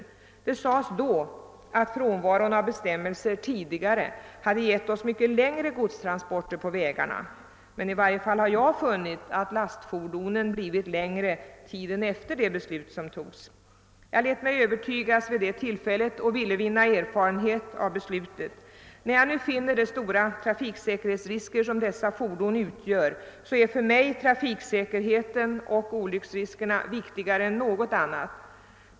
När vi gjorde det, sades det att den tidigare frånvaron av bestämmelser hade givit oss mycket längre transportfordon på vägarna, men jag har funnit att lastfordonen har blivit längre efter den dag då beslutet fattades. Jag lät mig övertygas då och ville vinna erfarenheter av beslutet, men när jag nu funnit vilka stora trafiksäkerhetsrisker dessa fordon utgör, har trafiksäkerhetsfrågorna och nedbringandet av olycksriskerna blivit viktigare än något annat.